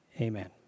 amen